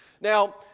Now